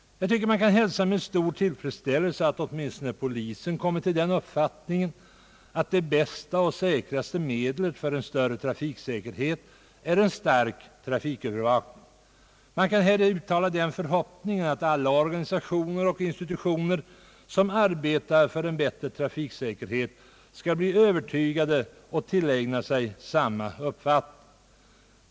Jag tycker att man kan hälsa med stor tillfredsställelse att åtminstone polisen kommit till den uppfattningen att det bästa och säkraste medlet för en större trafiksäkerhet är en stark trafikövervakning. Man kan uttala förhoppningen att alla organisationer och institutioner som arbetar för en bättre trafiksäkerhet skall bli övertygade och tillägna sig samma uppfattning.